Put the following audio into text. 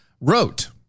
wrote